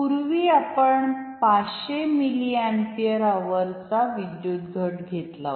पुर्वी आपण 500 milliampere hour चा विद्युत घट घेतला होता